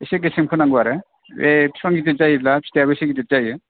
इसे गेसें फोनांगौ आरो बे बिफां गिदिर जायोब्ला फिथाइयाबो इसे गिदिर जायो